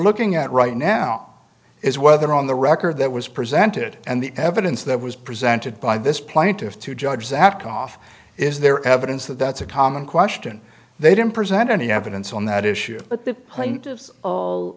looking at right now is whether on the record that was presented and the evidence that was presented by this point of to judge zapped off is there evidence that that's a common question they don't present any evidence on that issue but the